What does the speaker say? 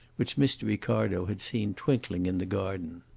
which mr. ricardo had seen twinkling in the garden.